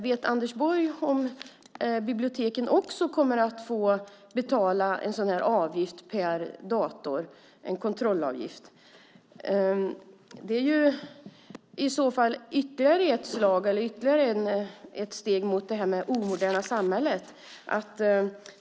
Kommer också biblioteken att få betala en sådan här kontrollavgift per dator? I så fall är det ytterligare ett steg mot det omoderna samhället.